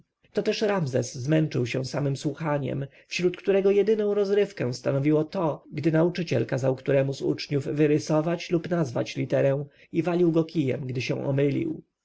to też ramzes zmęczył się samem słuchaniem wśród którego jedyną rozrywkę stanowiło to gdy nauczyciel kazał któremu z uczniów wyrysować lub nazwać literę i walił go kijem gdy się omylił